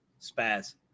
Spaz